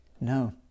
No